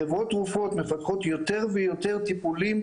חברות תרופות מפתחות יותר ויותר טיפולים,